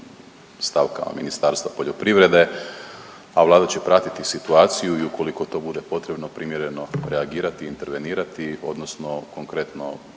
stavkama Ministarstva poljoprivrede, a Vlada će pratiti situaciju i ukoliko to bude potrebno primjereno reagirati i intervenirati odnosno konkretno